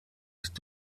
ist